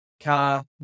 car